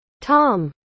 Tom